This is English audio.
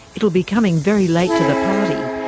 it will be coming very late to the party.